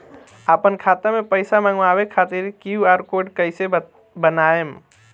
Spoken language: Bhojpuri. आपन खाता मे पईसा मँगवावे खातिर क्यू.आर कोड कईसे बनाएम?